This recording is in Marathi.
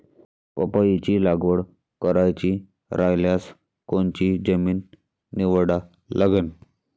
पपईची लागवड करायची रायल्यास कोनची जमीन निवडा लागन?